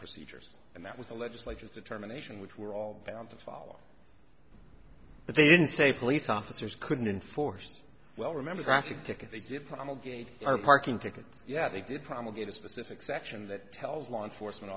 procedures and that was the legislative determination which we're all bound to follow but they didn't say police officers couldn't enforce well remember traffic ticket they did promulgating are parking tickets yeah they did promulgated specific section that tells law enforcement